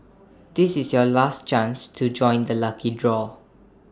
this is your last chance to join the lucky draw